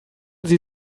sie